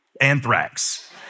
anthrax